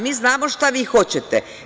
Mi znamo šta vi hoćete.